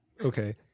Okay